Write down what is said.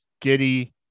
giddy